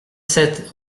sept